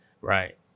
Right